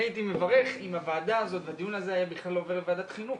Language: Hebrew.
אני הייתי מברך אם הדיון הזה היה בכלל עובר לוועדת חינוך,